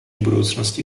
budoucnosti